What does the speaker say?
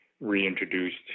reintroduced